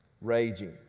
raging